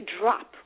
drop